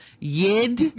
Yid